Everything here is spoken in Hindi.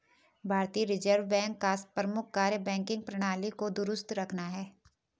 भारतीय रिजर्व बैंक का प्रमुख कार्य बैंकिंग प्रणाली को दुरुस्त रखना है